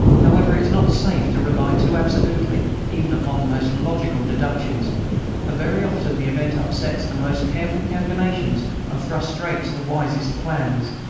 however, it is not safe to rely too absolutely even upon the most logical deductions, for very often the event upsets the most careful calculations and frustrates the wisest plans.